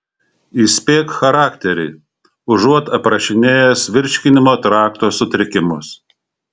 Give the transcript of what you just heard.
įspėk charakterį užuot aprašinėjęs virškinimo trakto sutrikimus